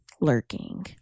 lurking